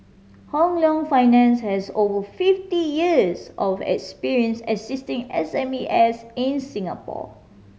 Hong Leong Finance has over fifty years of experience assisting S M E S in Singapore